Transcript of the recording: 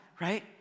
right